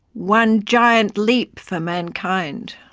one giant leap for mankind.